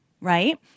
right